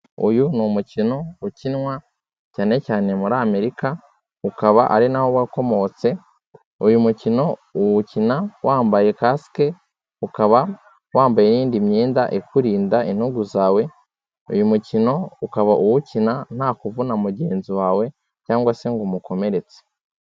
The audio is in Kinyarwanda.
Uyu ni umukino ukinwa cyane cyane muri Amerika, ukaba ari na ho wakomotse, uyu mukino uwukina wambaye kasike ukaba wambaye n'iyindi myenda ikurindanda intugu zawe, uyu mukino ukaba uwukina ntakuvuna mugenzi wawe cyangwa se ngo umukomeretse.